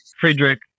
Friedrich